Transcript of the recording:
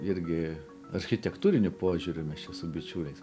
irgi architektūriniu požiūriu mes čia su bičiuliais